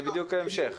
זה בדיוק המשך.